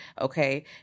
okay